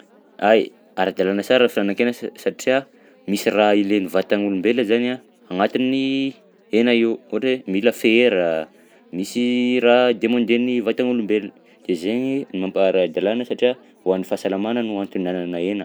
Ay, ara-dalàna sara fihinanan-kena sa- satria misy raha ilain'ny vatan'olombelona zany agnatin'ny hena io ohatra hoe mila fera, misy raha demanden'ny vatan'olombelona de zaigny mampa-ara-dalàna satria ho an'ny fahasalamana no antony ihinanana hena.